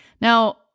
Now